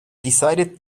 decided